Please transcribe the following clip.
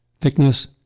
thickness